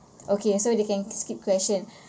okay so they can skip question